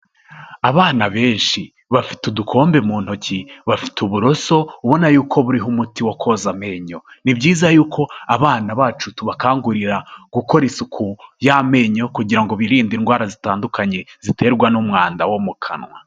Abana benshi bafite udukombe mu ntoki, bafite uburoso ubona yuko buriho umuti wo koza amenyo, ni byiza y'uko abana bacu tubakangurira gukora isuku y'amenyo kugira ngo birinde indwara zitandukanye ziterwa n'umwanda wo mu kanwa.